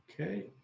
Okay